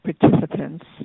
participants